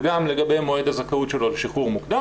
וגם לגבי מועד הזכאות שלו לשחרור מוקדם,